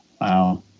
Wow